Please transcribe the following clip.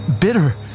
bitter